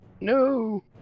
No